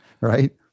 right